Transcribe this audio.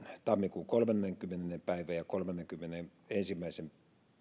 tammikuun kolmannenkymmenennen päivän ja kolmannenkymmenennenensimmäisen